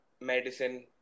medicine